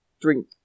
drink